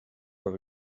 per